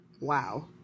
Wow